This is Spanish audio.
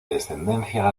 descendencia